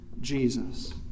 Jesus